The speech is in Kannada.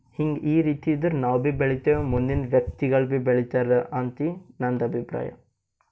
ಹಿಂಗೆ ಈ ರೀತಿ ಇದ್ರೆ ನಾವು ಭೀ ಬೆಳಿತೇವೆ ಮುಂದಿನ ವ್ಯಕ್ತಿಗಳು ಭೀ ಬೆಳೀತಾರೆ ಅಂತ ನಂದು ಅಭಿಪ್ರಾಯ